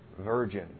virgin